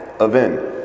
event